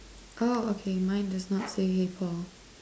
oh okay mine does not say hey Paul